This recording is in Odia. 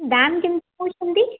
ଦାମ କେମତି ନେଉଛନ୍ତି